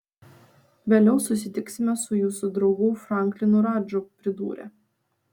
vėliau susitiksime su jūsų draugu franklinu radžu pridūrė